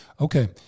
okay